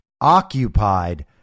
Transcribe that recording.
occupied